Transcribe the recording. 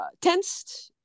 tensed